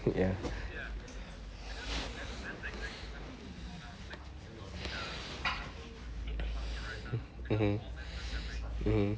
ya mmhmm mmhmm